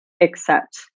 accept